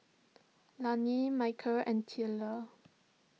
Layne Micheal and Tyler